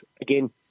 again